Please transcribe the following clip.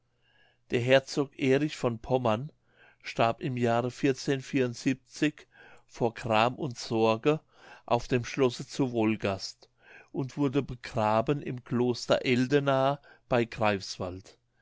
der herzog erich von pommern starb im jahre vor gram und sorge auf dem schlosse zu wolgast und wurde begraben im kloster eldena bei greifswald